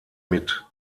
mit